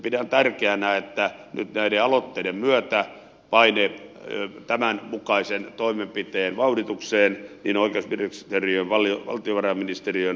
pidän tärkeänä että nyt näiden aloitteiden myötä paineet tämän mukaisen toimenpiteen vauhditukseen niin oikeusministeriön valtiovarainministeriön kuin hallituksen piirissä kasvavat